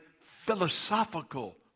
philosophical